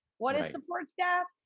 what is support staff?